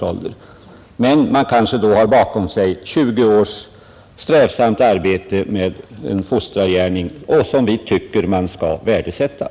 Men då har de i många fall bakom sig 20 års strävsamt arbete med en fostrargärning, som vi tycker bör värdesättas.